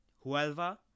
Huelva